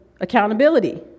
accountability